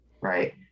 Right